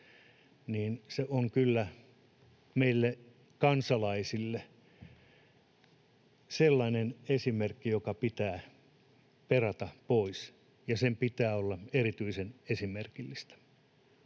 niin se on kyllä meille kansalaisille sellainen esimerkki, joka pitää perata pois, ja sen pitää olla erityisen esimerkillistä.